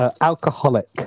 Alcoholic